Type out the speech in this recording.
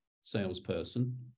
salesperson